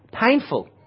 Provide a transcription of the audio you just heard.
Painful